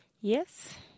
Yes